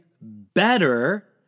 better